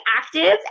active